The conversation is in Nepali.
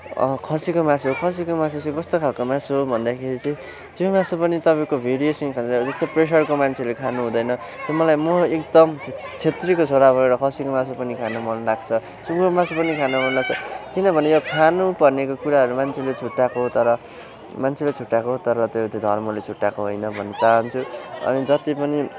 खसीको मासु हो खसीको मासु चाहिँ कस्तो खालको मासु भन्दाखेरि चाहिँ त्यो मासु पनि तपाईँको भेरिएसन छ जस्तो प्रेसरको मान्छेले खानु हुँदैन मलाई म एकदम छेत्रीको छोरा भएर खसीको मासु पनि खानु मन लाग्छ सुँगुरको मासु पनि खानु मन लाग्छ किनभने यो खानु पर्नेको कुरा मान्छे छुट्ट्याएको हो तर मान्छेले छुट्ट्याएको हो तर त्यो धर्मले छुट्टाको होइन भन्न चाहन्छु अनि जति पनि